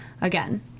again